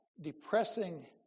depressing